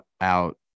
out